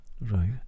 right